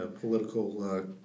political